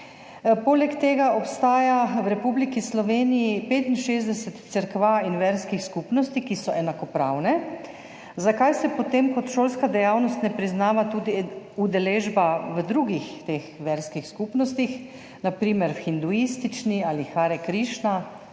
Poleg tega obstaja v Republiki Sloveniji 65 cerkva in verskih skupnosti, ki so enakopravne. Zanima me: Zakaj se potem kot šolska dejavnost ne priznava tudi udeležba v drugih verskih skupnostih, na primer v hinduistični skupnosti ali Hare Krišna